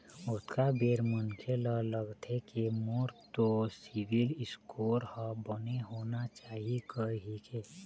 ओतका बेर मनखे ल लगथे के मोर तो सिविल स्कोर ह बने होना चाही कहिके